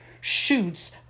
shoots